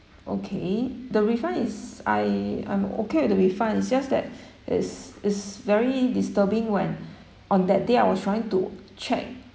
okay the refund is I I'm okay with the refund it's just that it's it's very disturbing when on that day I was trying to check